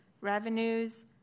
revenues